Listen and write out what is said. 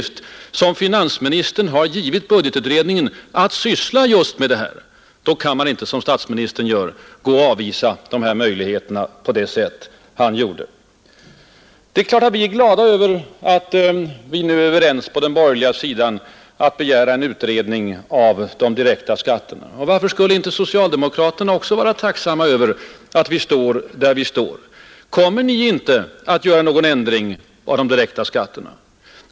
Finansministern har givit budgetutredningen till uppgift att syssla med just det här. Då kan man inte rimligen avvisa dessa möjligheter på det sätt som statsministern gjorde. Det är klart att vi är glada över att vi på den borgerliga sidan nu är överens om att begära en utredning av de direkta skatterna. Och varför skulle inte socialdemokraterna också vara tacksamma över att vi står där vi står? Kommer ni inte att företa någon ändring av de direkta skatterna?